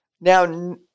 Now